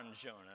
Jonah